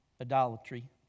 idolatry